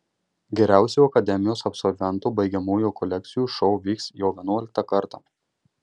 geriausių akademijos absolventų baigiamųjų kolekcijų šou vyks jau vienuoliktą kartą